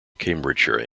cambridgeshire